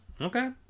Okay